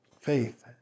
faith